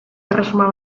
erresuma